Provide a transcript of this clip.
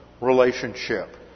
relationship